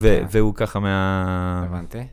והוא ככה מה...